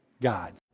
God